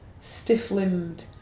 stiff-limbed